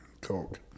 Coke